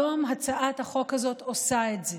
היום, הצעת החוק הזאת עושה את זה.